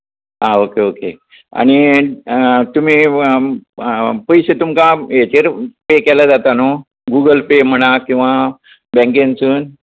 हां okay okay आनी तुमी पयशे तुमकां हेचेर पे केल्यार जाता न्हू गुगल पे म्हणा किंवा बॅंकेनसून